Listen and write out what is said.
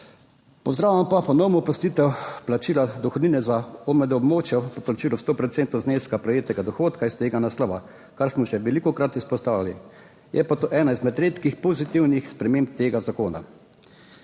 Pozdravljam pa ponovno oprostitev plačila dohodnine za OMD območja po plačilu 100 procentov zneska prejetega dohodka iz tega naslova, kar smo že velikokrat izpostavili. Je pa to ena izmed redkih pozitivnih sprememb tega zakona.